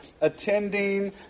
attending